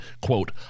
Quote